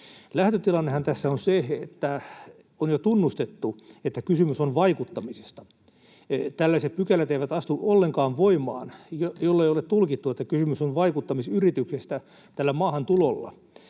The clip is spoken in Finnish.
Lähtötilannehan tässä on se, että on jo tunnustettu, että kysymys on vaikuttamisesta. Tällaiset pykälät eivät astu ollenkaan voimaan, jollei ole tulkittu, että kysymys tällä maahantulolla